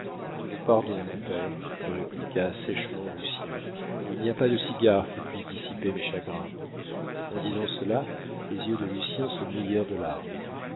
pardon mon père répliqua sèchement lucien il n'y a pas de cigares qui puissent dissiper mes chagrins en disant cela les yeux de lucien se mouillèrent de larmes